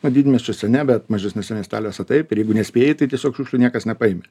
o didmiesčiuose ne bet mažesniuose miesteliuose taip ir jeigu nespėji tai tiesiog šiukšlių niekas nepaėmė